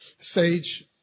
Sage